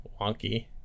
wonky